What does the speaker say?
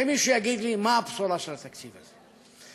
שמישהו יגיד לי מה הבשורה של התקציב הזה.